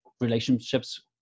relationships